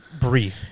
breathe